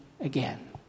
again